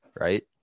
right